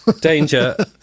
danger